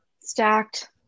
Stacked